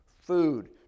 Food